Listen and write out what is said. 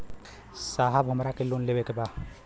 साहब हमरा के लोन लेवे के बा